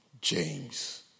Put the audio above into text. James